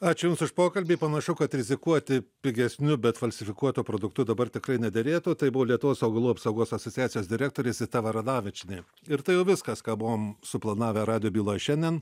ačiū jums už pokalbį panašu kad rizikuoti pigesniu bet falsifikuotu produktu dabar tikrai nederėtų tai buvo lietuvos augalų apsaugos asociacijos direktorė zita varanavičienė ir tai jau viskas ką buvom suplanavę radijo byloj šiandien